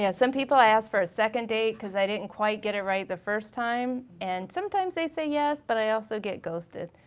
yeah some people i ask for a second date cause i didn't quite get it right the first time. and sometimes they say yes but i also get ghosted.